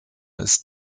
ist